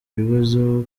bibazo